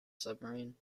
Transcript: submarine